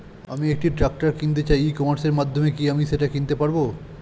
আমি একটা ট্রাক্টর কিনতে চাই ই কমার্সের মাধ্যমে কি আমি সেটা কিনতে পারব?